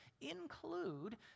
include